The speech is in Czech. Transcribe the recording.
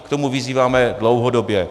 K tomu vyzýváme dlouhodobě.